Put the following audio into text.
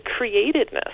createdness